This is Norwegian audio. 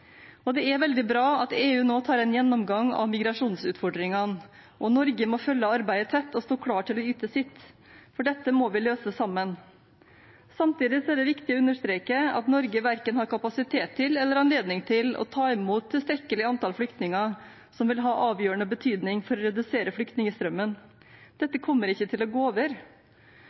og det er veldig bra at EU nå tar en gjennomgang av migrasjonsutfordringene. Norge må følge arbeidet tett og stå klar til å yte sitt, for dette må vi løse sammen. Samtidig er det viktig å understreke at Norge verken har kapasitet eller anledning til å ta imot et antall flyktninger som er tilstrekkelig til å ha avgjørende betydning for å redusere flyktningstrømmen. Dette kommer ikke til å gå over.